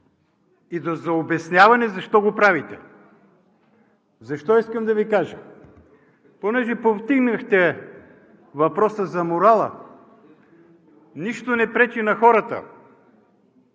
и с обяснение защо го правите. Искам да Ви кажа, понеже повдигнахте въпроса за морала, нищо не пречи на хората,